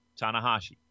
Tanahashi